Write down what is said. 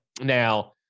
Now